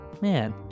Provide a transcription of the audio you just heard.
man